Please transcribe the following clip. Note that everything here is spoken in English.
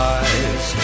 eyes